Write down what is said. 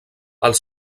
els